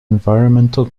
environmental